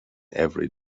every